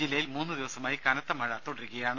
ജില്ലയിൽ മൂന്ന് ദിവസമായി കനത്തമഴ തുടരുകയാണ്